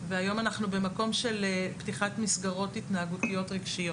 והיום אנחנו במקום של פתיחת מסגרות התנהגותיות-רגשיות.